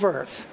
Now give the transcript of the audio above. Earth